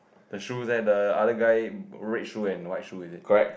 the shoes leh the other guy red shoe and white shoe is it